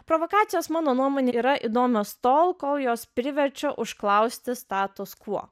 provokacijos mano nuomone yra įdomios tol kol jos priverčia užklausti status quo